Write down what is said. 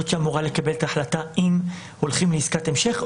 היא זאת שאמורה לקבל את ההחלטה אם הולכים לעסקת המשך,